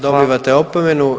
Dobivate opomenu.